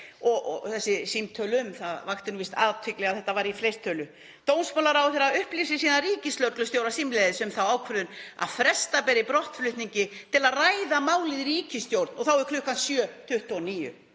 honum. Símtölum, það vakti víst athygli að þetta var í fleirtölu. Dómsmálaráðherra upplýsir síðan ríkislögreglustjóra símleiðis um þá ákvörðun að fresta beri brottflutningi til að ræða málið í ríkisstjórn og þá er klukkan 07:29.